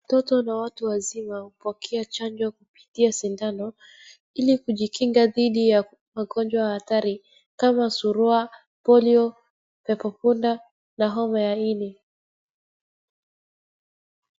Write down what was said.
Watoto na watu wazima hupokea chanjo kupitia sindano ili kujikinga dhidi ya magonjwa hatari kama surua, polio, pepo punda na homa ya mwili.